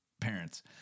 parents